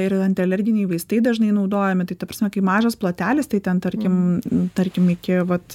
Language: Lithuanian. ir antialerginiai vaistai dažnai naudojami tai ta prasme kai mažas plotelis tai ten tarkim tarkim iki vat